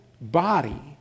body